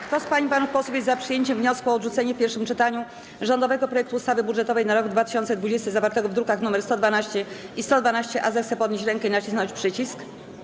Kto z pań i panów posłów jest za przyjęciem wniosku o odrzucenie w pierwszym czytaniu rządowego projektu ustawy budżetowej na rok 2020, zawartego w drukach nr 112 i 112-A, zechce podnieść rękę i nacisnąć przycisk.